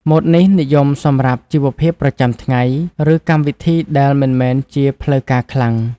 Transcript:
ម៉ូតនេះនិយមសម្រាប់ជីវភាពប្រចាំថ្ងៃ ឬកម្មវិធីដែលមិនមែនជាផ្លូវការខ្លាំង។